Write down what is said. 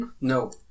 No